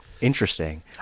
interesting